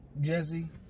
Jesse